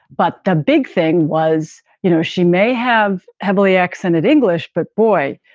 but the big thing was, you know, she may have heavily accented english, but boy,